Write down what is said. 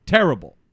Terrible